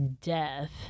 death